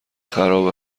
خراب